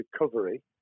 recovery